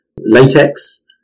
latex